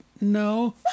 no